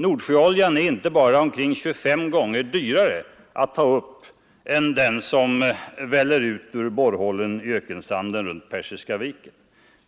Nordsjöoljan är inte bara omkring 25 gånger dyrare att ta upp än den som väller ut ur borrhålen i ökensanden runt Persiska viken, utan